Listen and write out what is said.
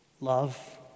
love